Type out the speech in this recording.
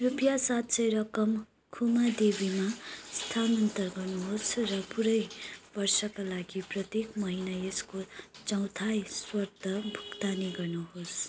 रुपियाँ सात सय रकम खुमा देवीमा स्थानान्तरण गर्नुहोस् र पूरै वर्षका लागि प्रत्येक महिना यसको चौथाई स्वतः भुक्तानी गर्नुहोस्